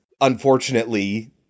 unfortunately